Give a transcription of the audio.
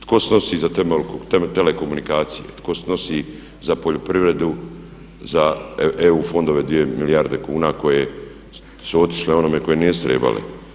Tko snosi za telekomunikacije, tko snosi za poljoprivredu, za EU fondove 2 milijarde kuna koje su otišle onome kojem nisu trebale?